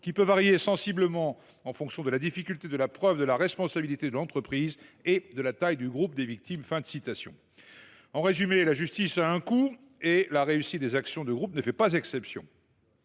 qui peut varier sensiblement en fonction de la difficulté de la preuve de la responsabilité de l’entreprise et de la taille du groupe des victimes ». En résumé, la justice a un coût et la réussite des actions de groupe ne fait pas exception.